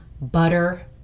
butter